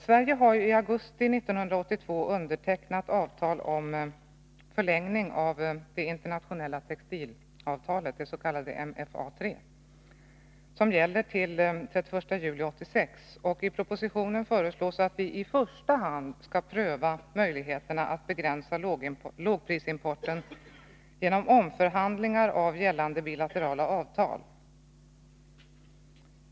Sverige har i augusti 1982 undertecknat avtal om förlängning av det internationella textilavtalet, det s.k. MFA III, som gäller till den 31 juli 1986. I propositionen föreslås att vi i första hand skall pröva möjligheterna att begränsa lågprisimporten genom omförhandling av gällande bilaterala avtal.